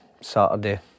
Saturday